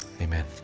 Amen